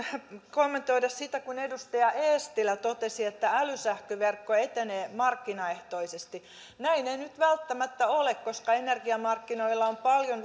kommentoida sitä kun edustaja eestilä totesi että älysähköverkko etenee markkinaehtoisesti näin ei nyt välttämättä ole koska energiamarkkinoilla on paljon